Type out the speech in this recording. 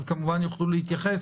אז כמובן יוכלו להתייחס,